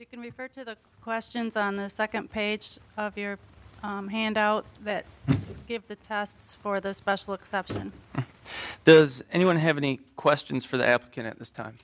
you can refer to the questions on the second page if your hand out that if the tests for the special exception does anyone have any questions for the app can at this time